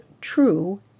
true